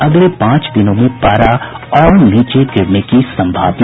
अगले पांच दिनों में पारा और नीचे गिरने की सम्भावना